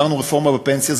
העברנו רפורמה בפנסיה,